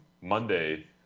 Monday